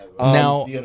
Now